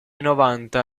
novanta